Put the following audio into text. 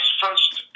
first